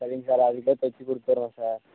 சரிங்க சார் அதுக்குள்ளே தச்சு கொடுத்துறேன் சார்